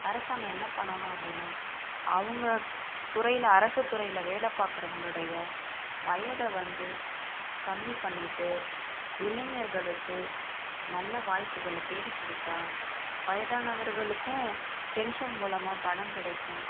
அரசாங்கம் என்ன பண்ணணும் அப்படின்னா அவங்க துறையில் அரசுத்துறையில் வேலை பார்க்குறவங்களுடைய வயதை வந்து கம்மி பண்ணிகிட்டு இளைஞர்களுக்கு நல்ல வாய்ப்புகளை தேடிக்கொடுத்தா வயதானவர்களுக்கும் பென்ஷன் மூலமாக பணம் கிடைக்கும்